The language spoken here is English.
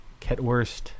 Ketwurst